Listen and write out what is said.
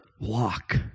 walk